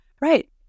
right